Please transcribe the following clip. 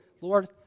Lord